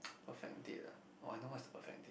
perfect date ah oh I know what's the perfect date